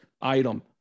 item